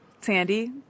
Sandy